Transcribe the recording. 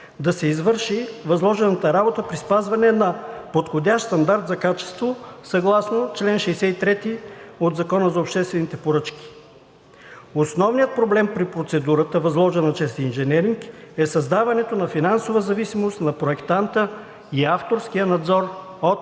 да се извърши възложената работа при спазване на подходящ стандарт за качество, съгласно чл. 63 от Закона за обществените поръчки. Основният проблем при процедурата, възложена чрез инженеринг, е създаването на финансова зависимост на проектанта и авторския надзор от